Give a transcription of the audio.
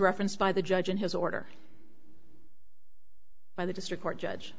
referenced by the judge in his order by the district court judge